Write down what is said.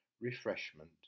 refreshment